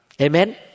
Amen